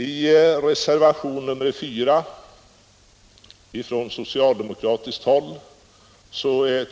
I reservationen 4 från socialdemokratiskt håll